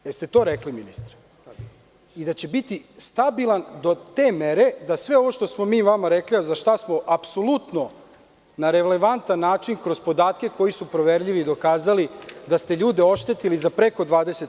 Da li ste to rekli, ministre, i da će biti stabilan do te mere da sve ovo što smo mi vama rekli, a za šta smo apsolutno na relevantan način, kroz podatke koji su proverljivi, dokazali da ste ljude oštetili za preko 20%